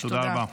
תודה.